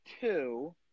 two